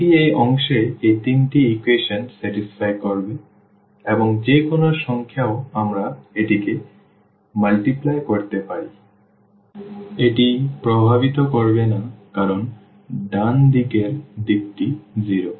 সুতরাং এটি এই অংশে এই তিনটি ইকুয়েশন সন্তুষ্ট করবে এবং যে কোনও সংখ্যাও আমরা এটিকে এটিতে গুণ করতে পারি এটি প্রভাবিত করবে না কারণ ডান দিকের দিকটি 0